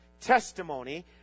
testimony